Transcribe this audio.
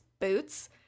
boots